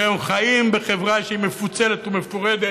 שחיים בחברה שמפוצלת ומפורדת,